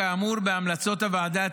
כאמור בהמלצות הוועדה הציבורית,